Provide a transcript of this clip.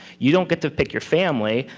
you don't get to pick your family,